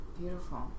beautiful